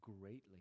greatly